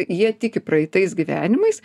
jie tiki praeitais gyvenimais